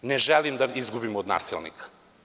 Ne želim da izgubimo od nasilnika.